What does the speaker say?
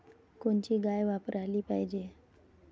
कोनची गाय वापराली पाहिजे?